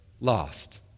lost